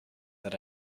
that